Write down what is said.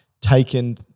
taken